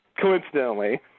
Coincidentally